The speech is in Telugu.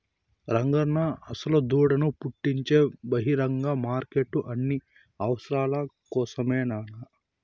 రంగన్నా అస్సల దుడ్డును పుట్టించే బహిరంగ మార్కెట్లు అన్ని అవసరాల కోసరమేనన్నా